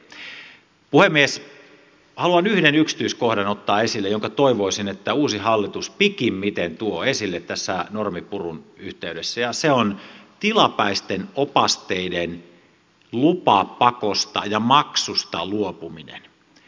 haluan ottaa esille yhden yksityiskohdan jonka toivoisin että uusi hallitus pikimmiten tuo esille tässä normipurun yhteydessä ja se on tilapäisten opasteiden lupapakosta ja maksusta luopuminen